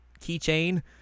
keychain